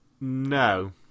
No